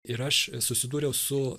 ir aš susidūriau su